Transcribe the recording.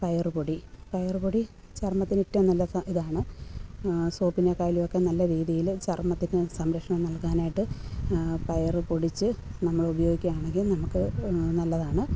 പയറുപൊടി പയറുപൊടി ചർമ്മത്തിന് ഏറ്റവും നല്ല ഇതാണ് സോപ്പിനേക്കാൾ ഒക്കെ നല്ല രീതിയിൽ ചർമ്മത്തിന് സംരക്ഷണം നൽകാനായിട്ട് പയറു പൊടിച്ച് നമ്മൾ ഉപയോഗിക്കുകയാണെങ്കിൽ നമുക്ക് നല്ലതാണ്